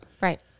Right